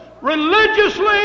religiously